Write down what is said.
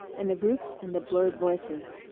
and the roofs and the blurred voices.